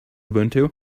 ubuntu